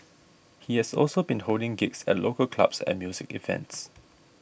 he is also been holding gigs at local clubs and music events